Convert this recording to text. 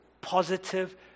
positive